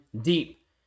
deep